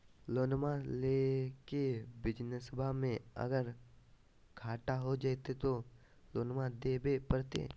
लोनमा लेके बिजनसबा मे अगर घाटा हो जयते तो लोनमा देवे परते?